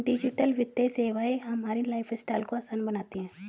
digital वित्तीय सेवाएं हमारे लाइफस्टाइल को आसान बनाती हैं